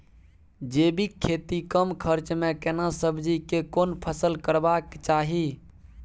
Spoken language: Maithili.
जैविक खेती कम खर्च में केना सब्जी के कोन फसल करबाक चाही?